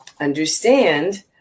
understand